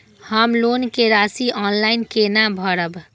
हम लोन के राशि ऑनलाइन केना भरब?